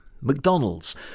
McDonald's